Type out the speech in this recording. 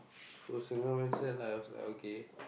so single man cell I was like okay